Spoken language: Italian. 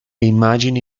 immagini